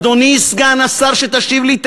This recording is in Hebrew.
אדוני סגן השר, שתכף ישיב לי.